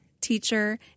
teacher